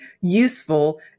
useful